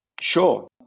Sure